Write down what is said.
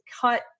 cut